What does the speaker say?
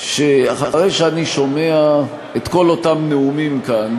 שאחרי שאני שומע את כל אותם נאומים כאן,